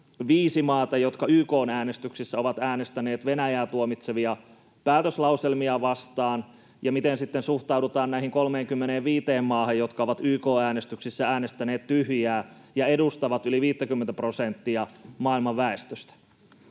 viisi maata, jotka YK:n äänestyksessä ovat äänestäneet Venäjää tuomitsevia päätöslauselmia vastaan, ja miten sitten suhtaudutaan näihin 35 maahan, jotka ovat YK:n äänestyksessä äänestäneet tyhjää ja edustavat yli 50:tä prosenttia maailman väestöstä?